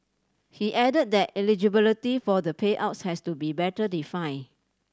he added that eligibility for the payouts has to be better defined